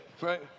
Right